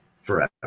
forever